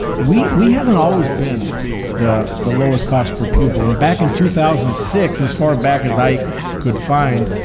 we we haven't always been the the lowest cost per pupil, and back in two thousand and six, as far back as i could find,